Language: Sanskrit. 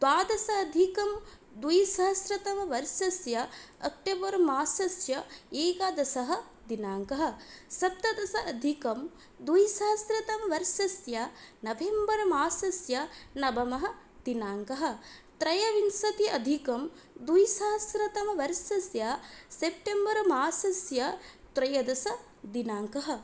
द्वादशाधिकद्विसहस्रतमवर्षस्य अक्टोबर् मासस्य एकादशः दिनाङ्कः सप्तदशाधिकं द्विसहस्रतमवर्षस्य नभेम्बर्मासस्य नवमः दिनाङ्कः त्रयोविंशति अधिकद्विसहस्रतमवर्षस्य सेप्टेम्बर्मासस्य त्रयोदशदिनाङ्कः